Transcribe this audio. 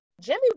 Jimmy